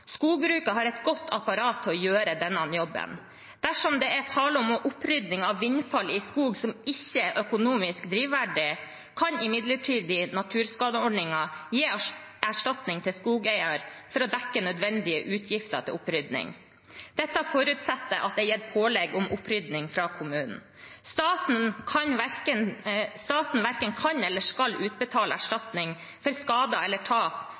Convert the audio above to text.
har et godt apparat til å gjøre denne jobben. Dersom det er tale om opprydning av vindfall i skog som ikke er økonomisk drivverdig, kan imidlertid naturskadeordningen gi erstatning til skogeier for å dekke nødvendige utgifter til opprydning. Dette forutsetter at det er gitt pålegg om opprydning fra kommunen. Staten verken kan eller skal utbetale erstatning for skader eller tap